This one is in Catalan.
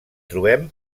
trobem